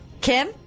Kim